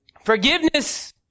forgiveness